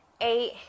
eight